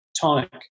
tonic